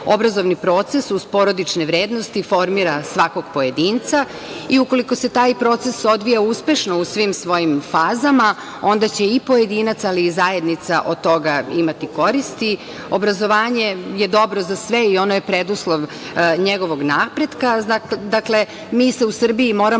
Obrazovni proces, uz porodične vrednosti, formira svakog pojedinca i ukoliko se taj proces odvija uspešno u svim svojim fazama, onda će i pojedinac, ali i zajednica od toga imati koristi. Obrazovanje je dobro za sve i ono je preduslov njegovog napretka. Dakle, mi se u Srbiji moramo